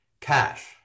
Cash